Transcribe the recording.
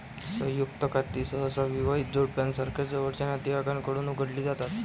संयुक्त खाती सहसा विवाहित जोडप्यासारख्या जवळच्या नातेवाईकांकडून उघडली जातात